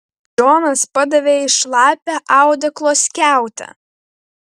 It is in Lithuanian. džonas padavė jai šlapią audeklo skiautę